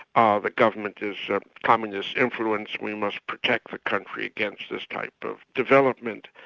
ah, the government is communist-influenced, we must protect the country against this type of development.